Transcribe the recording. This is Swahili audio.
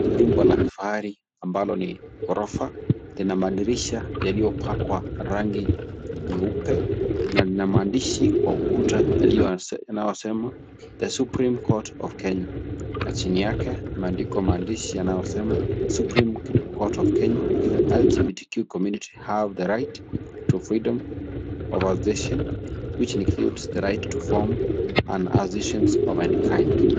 Jumba la kifari ambalo ni urofa, lina mandirisha yaliopakwa rangi nyeupe, na lina mandishi kwa ukuta yaliyosema The Supreme Court of Kenya, na chini yake, kumeandikwa maandishi anayosema Supreme Court of Kenya, LGBTQ+ (cs) community have the Right to Freedom of Association, which includes the right to form an association of any kind (cs).